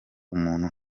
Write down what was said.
umuntu